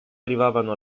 arrivano